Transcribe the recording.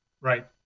right